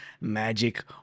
magic